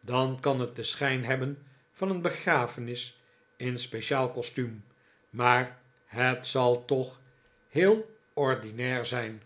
dan kan het den schijn hebben van een begrafenis in speciaal costuuni maar het zal toch heel ordinair zijn